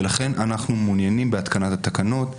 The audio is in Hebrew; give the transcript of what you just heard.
ולכן אנחנו מעוניינים בהתקנת התקנות,